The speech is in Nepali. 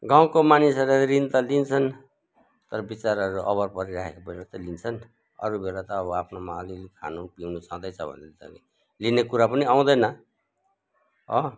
गाउँको मानिसहरूले ऋण त लिन्छन् तर बिचराहरू अभर परिराखेको बेला मात्रै लिन्छन् अरू बेला त अब आफ्नोमा अलिअलि खानु पिउनु छँदैछ भने त लिने कुरा पनि आउँदैन ह